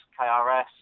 KRS